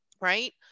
right